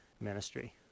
ministry